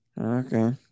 Okay